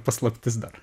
paslaptis dar